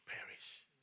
perish